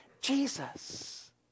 Jesus